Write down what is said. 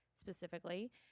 specifically